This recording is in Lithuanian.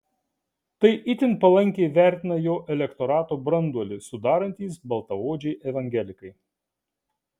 tai itin palankiai vertina jo elektorato branduolį sudarantys baltaodžiai evangelikai